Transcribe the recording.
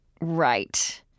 right